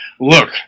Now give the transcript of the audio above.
look